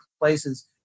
places